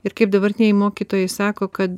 ir kaip dabartiniai mokytojai sako kad